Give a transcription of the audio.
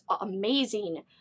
amazing